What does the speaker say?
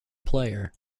player